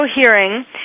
hearing